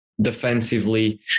Defensively